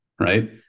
Right